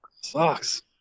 Sucks